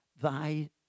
thy